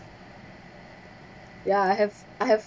ya I have I have